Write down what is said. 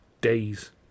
days